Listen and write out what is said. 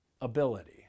ability